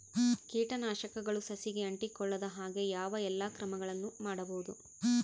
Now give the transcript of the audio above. ಕೇಟನಾಶಕಗಳು ಸಸಿಗಳಿಗೆ ಅಂಟಿಕೊಳ್ಳದ ಹಾಗೆ ಯಾವ ಎಲ್ಲಾ ಕ್ರಮಗಳು ಮಾಡಬಹುದು?